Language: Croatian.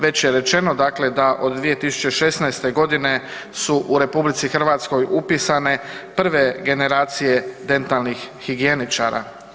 Već je rečeno dakle da od 2016. g. su u RH upisane prve generacije dentalnih higijeničara.